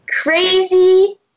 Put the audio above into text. crazy